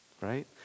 Right